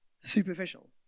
superficial